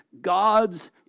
god's